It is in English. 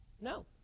No